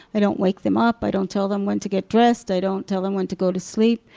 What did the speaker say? i don't wake them up. i don't tell them when to get dressed. i don't tell them when to go to sleep.